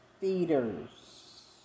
feeders